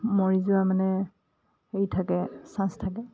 মৰি যোৱা মানে হেৰি থাকে চান্স থাকে